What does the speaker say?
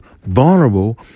vulnerable